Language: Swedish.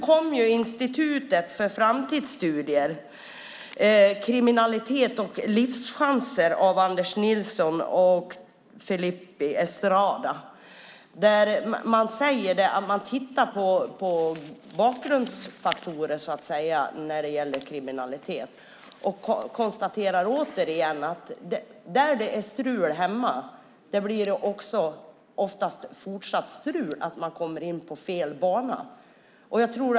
Vid Institutet för framtidsstudier har Anders Nilsson och Felipe Estrada skrivit en rapport om kriminalitet och livschanser, där de tittar på bakgrundsfaktorer för kriminalitet och konstaterar att där det är strul hemma blir det oftast fortsatt strul. Man kommer in på fel bana.